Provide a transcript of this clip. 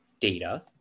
data